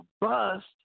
bust